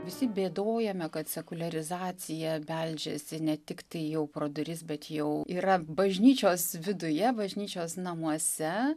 visi bėdojame kad sekuliarizacija beldžiasi ne tiktai jau pro duris bet jau yra bažnyčios viduje bažnyčios namuose